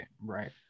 right